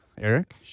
Eric